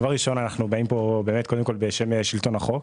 באים פה בשם שלטון החוק.